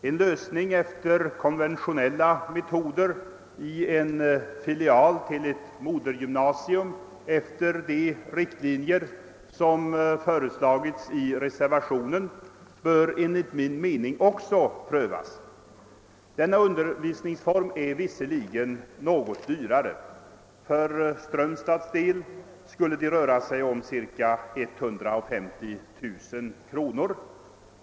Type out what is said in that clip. En lösning efter konventionella metoder i en filial till ett modergymnasium efter de riktlinjer som föreslagits i reservationen bör enligt min mening också prövas. Denna undervisningsform är visserligen något dyrare. För Strömstads del skulle det röra sig om cirka 150 000 kronor.